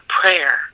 prayer